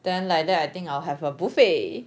then like that I think I'll have a buffet